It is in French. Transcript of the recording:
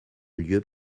lieu